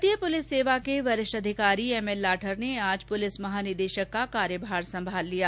भारतीय पुलिस सेवा के वरिष्ठ अधिकारी एम एल लाठर ने आज पुलिस महानिदेशक का कार्यभार सम्भाल लिया